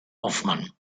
hofmann